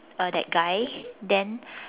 uh that guy then